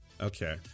okay